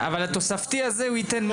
התוספתי, מה הוא ייתן?